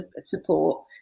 support